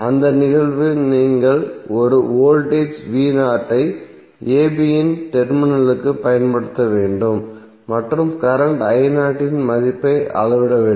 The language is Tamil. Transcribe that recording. அந்த நிகழ்வில் நீங்கள் ஒரு வோல்டேஜ் ஐ a b இன் டெர்மினலில் பயன்படுத்த வேண்டும் மற்றும் கரண்ட் இன் மதிப்பை அளவிட வேண்டும்